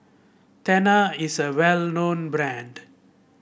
Tena is a well known brand